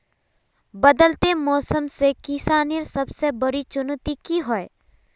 बदलते मौसम से किसानेर सबसे बड़ी चुनौती की होय?